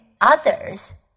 others